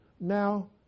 now